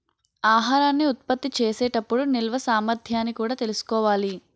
ఆహారాన్ని ఉత్పత్తి చేసే టప్పుడు నిల్వ సామర్థ్యాన్ని కూడా తెలుసుకోవాలి